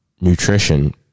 nutrition